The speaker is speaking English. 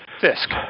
Fisk